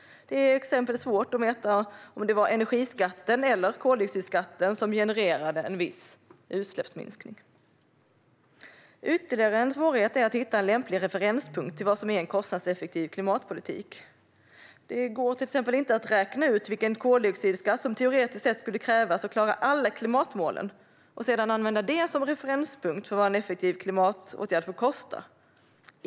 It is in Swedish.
Det är svårt att mäta om det var till exempel energiskatten eller koldioxidskatten som genererade en viss utsläppsminskning. Ytterligare en svårighet är att hitta en lämplig referenspunkt till vad som är en kostnadseffektiv klimatpolitik. Det går till exempel inte att räkna ut vilken koldioxidskatt som teoretiskt sett skulle krävas för att man skulle klara alla klimatmål och sedan använda detta som referenspunkt för vad en effektiv klimatåtgärd får kosta.